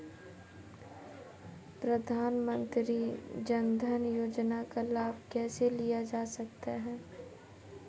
प्रधानमंत्री जनधन योजना का लाभ कैसे लिया जा सकता है?